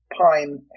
pine